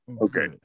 Okay